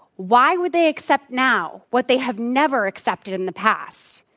why would they accept now what they have never accepted in the past?